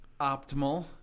optimal